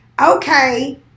okay